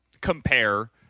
compare